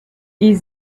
die